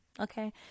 Okay